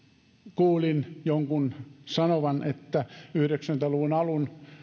kuulin jonkun sanovan että yhdeksänkymmentä luvun alun